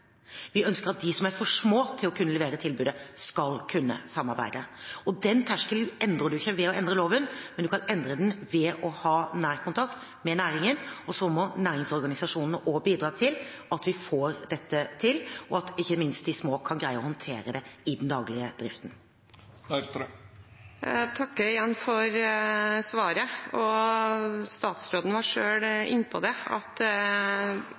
Vi ønsker at de som er for små til å kunne levere tilbudet, skal kunne samarbeide. Og den terskelen endrer man ikke ved å endre loven, men man kan endre den ved å ha nær kontakt med næringen, og så må næringsorganisasjonene også bidra til at vi får dette til, og at ikke minst de små kan greie å håndtere det i den daglige driften. Jeg takker igjen for svaret. Statsråden var selv inne på at